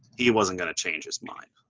he wasn't gonna change his mind.